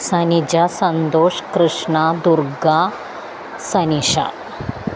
Sanija Santhosh Krishna Durga Sanisha